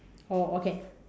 oh okay